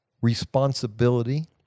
responsibility